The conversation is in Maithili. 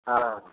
हाँ